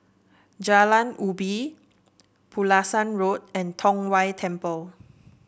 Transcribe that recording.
Jalan Ubi Pulasan Road and Tong Whye Temple